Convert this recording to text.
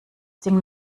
ding